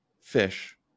fish